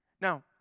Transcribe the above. Now